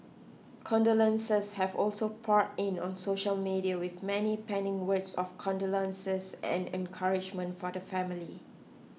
condolences have also poured in on social media with many penning words of condolences and encouragement for the family